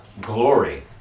glory